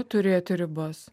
turėti ribas